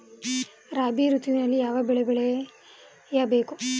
ರಾಬಿ ಋತುವಿನಲ್ಲಿ ಯಾವ ಬೆಳೆ ಬೆಳೆಯ ಬೇಕು?